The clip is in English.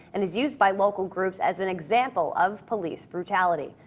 and is used by local groups as an example of police brutality.